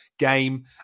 Game